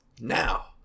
Now